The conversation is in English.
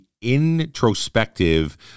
introspective